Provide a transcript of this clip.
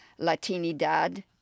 Latinidad